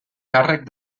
càrrec